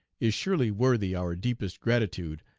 is surely worthy our deepest gratitude,